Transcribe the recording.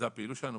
זו הפעילות שלנו,